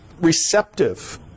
receptive